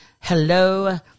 hello